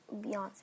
Beyonce